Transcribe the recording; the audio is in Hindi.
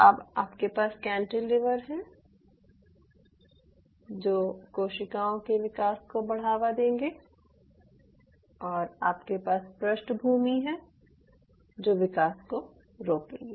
अब आपके पास कैंटिलीवर हैं जो कोशिकाओं के विकास को बढ़ावा देंगे और आपके पास पृष्ठभूमि है जो विकास को रोकेगी